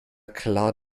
klar